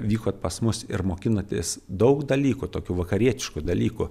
vykot pas mus ir mokinotės daug dalykų tokių vakarietiškų dalykų